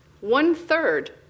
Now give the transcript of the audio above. One-third